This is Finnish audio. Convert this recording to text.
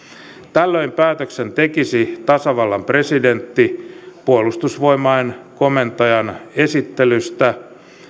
tällöin päätöksen tekisi tasavallan presidentti puolustusvoimain komentajan esittelystä